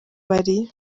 bari